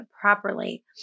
properly